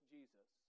Jesus